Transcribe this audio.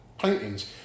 paintings